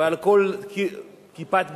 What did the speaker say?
ועל כל "כיפת ברזל"